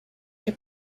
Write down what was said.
que